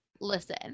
listen